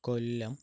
Kollam